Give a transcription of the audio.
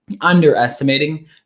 underestimating